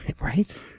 Right